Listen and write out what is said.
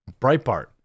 Breitbart